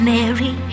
Mary